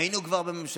היינו כבר בממשלה.